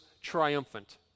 triumphant